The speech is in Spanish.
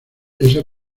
esa